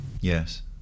Yes